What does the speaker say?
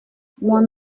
mon